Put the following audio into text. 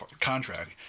contract